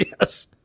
Yes